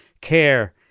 care